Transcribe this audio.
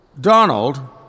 Donald